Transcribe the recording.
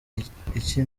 iki